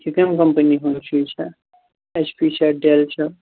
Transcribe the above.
یہِ کَمہِ کَمپٔنی ہُنٛد چھُ یہِ ایٚچ پی چھا ڈیٚل چھا